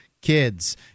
kids